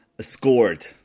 scored